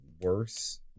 worse